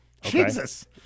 Jesus